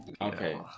Okay